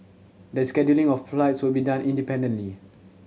the scheduling of flights will be done independently